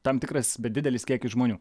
tam tikras bet didelis kiekis žmonių